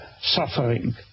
suffering